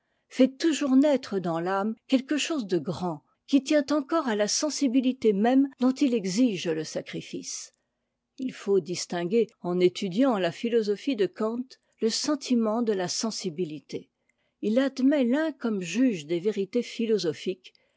fait toujours naître dans l'âme quelque chose de grand qui tient encore à la sensibilité même dont il exige le sacrifice il faut distinguer en étudiant la philosophie de kant le sentiment de la sensibilité il admet l'un comme juge des vérités philosophiques